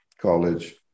College